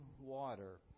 water